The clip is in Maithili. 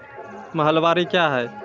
महलबाडी क्या हैं?